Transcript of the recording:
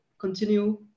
continue